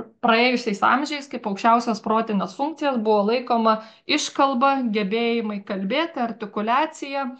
praėjusiais amžiais kaip aukščiausios protinės funkcijos buvo laikoma iškalba gebėjimai kalbėti artikuliacija